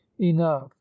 enough